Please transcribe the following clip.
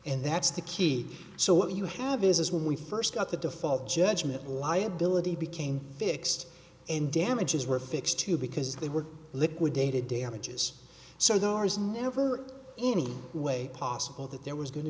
and that's the key so what you have is when we first got the default judgment liability became fixed and damages were fixed too because they were liquidated damages so there is never any way possible that there was going to